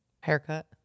Haircut